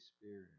Spirit